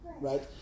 Right